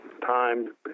time